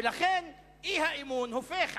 ולכן האי-אמון הופך,